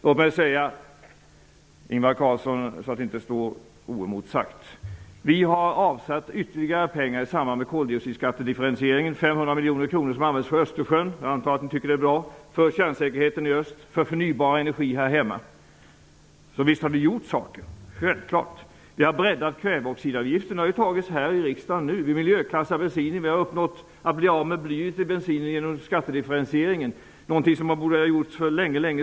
För att det inte skall stå oemotsagt vill jag säga till Ingvar Carlsson att vi har avsatt ytterligare 500 miljoner kronor i samband med koldioxidskattdifferentieringen -- jag antar att ni tycker att det är bra. Dessa pengar skall användas för Östersjön, för kärnsäkerheten i öst och för förnybar energi här hemma. Så visst har vi gjort saker. Självfallet! Vi har breddat kväveoxidavgifterna -- det beslutet har ju nyligen fattats av riksdagen. Vi har miljöklassat bensin. Genom skattedifferentieringen har man blivit av med blyet i bensinen, någonting som borde ha gjorts för längesedan.